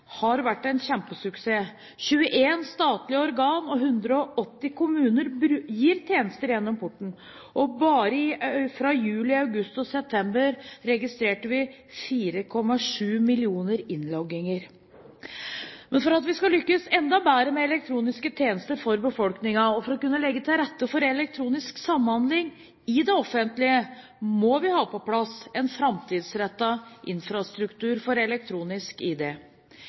har vært en kjempesuksess. 21 statlige organer og 180 kommuner gir tjenester gjennom ID-porten. Bare i juli, august og september registrerte vi 4,7 millioner innlogginger. Men for at vi skal lykkes enda bedre med elektroniske tjenester for befolkningen og kunne legge til rette for elektronisk samhandling i det offentlige, må vi ha på plass en framtidsrettet infrastruktur for elektronisk ID.